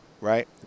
Right